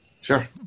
Sure